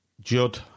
Judd